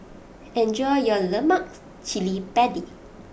enjoy your Lemak Cili Padi